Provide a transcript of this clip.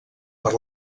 per